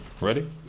Ready